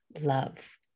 love